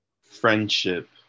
friendship